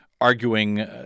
arguing